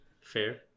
fair